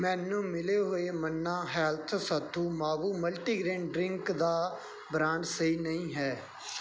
ਮੈਨੂੰ ਮਿਲੇ ਹੋਏ ਮੰਨਾ ਹੈਲਥ ਸੱਤੂ ਮਾਵੂ ਮਲਟੀਗਰੇਨ ਡਰਿੰਕ ਦਾ ਬ੍ਰਾਂਡ ਸਹੀ ਨਹੀਂ ਹੈ